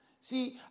See